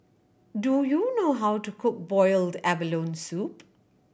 do you know how to cook boiled abalone soup